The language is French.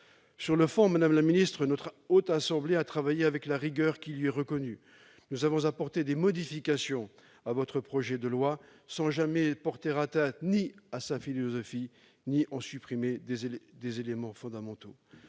Sur le fond, madame la ministre, la Haute Assemblée a travaillé avec la rigueur qui lui est reconnue. Nous avons apporté des modifications à votre projet de loi sans jamais porter atteinte ni à sa philosophie ni à aucun de ses éléments fondamentaux-